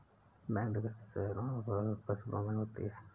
bank डकैती शहरों और कस्बों में होती है